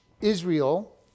Israel